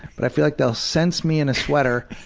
but i feel like they'll sense me in a sweater,